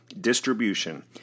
distribution